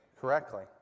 correctly